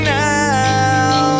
now